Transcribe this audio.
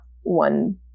one